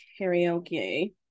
karaoke